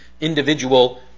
individual